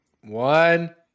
One